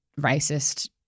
racist